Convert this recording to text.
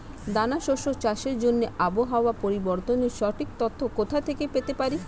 দানা শস্য চাষের জন্য আবহাওয়া পরিবর্তনের সঠিক তথ্য কোথা থেকে পেতে পারি?